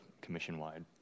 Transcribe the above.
commission-wide